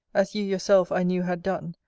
as you yourself i knew had done,